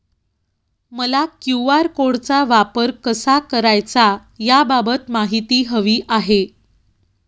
मला क्यू.आर कोडचा वापर कसा करायचा याबाबत माहिती हवी आहे